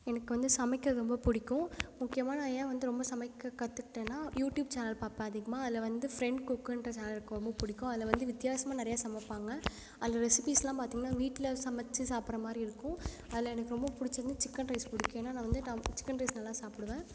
எனக்கு வந்து சமைக்க ரொம்ப பிடிக்கும் முக்கியமா நான் ஏன் வந்து ரொம்ப சமைக்க கற்றுக்கிட்டேன்னா யூடியூப் சேனல் பார்ப்பேன் அதிகமாக அதில் வந்து ஃபிரண்ட் குக்குன்ற சேனல் எனக்கு ரொம்ப பிடிக்கும் அதில் வந்து வித்தியாசமாக நிறையா சமைப்பாங்கள் அதில் ரெசிப்பீஸ்லாம் பார்த்திங்கன்னா வீட்டில சமைச்சி சாப்பிட்ற மாதிரி இருக்கும் அதில் எனக்கு ரொம்ப பிடிச்சது வந்து சிக்கன் ரைஸ் பிடிக்கும் ஏன்னா நான் வந்து நான் சிக்கன் ரைஸ் நல்லா சாப்பிடுவேன்